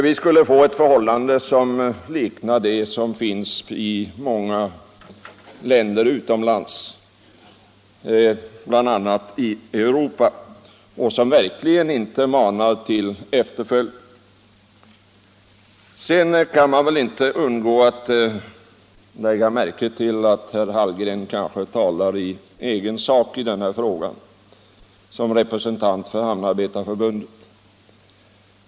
Vi skulle få ett förhållande som liknade det som råder i många andra länder, även i Europa, och som verkligen inte manar till efterföljd. Man kan väl inte undgå att lägga märke till att herr Hallgren talar i egen sak i den här frågan som representant för Hamnarbetarförbundet.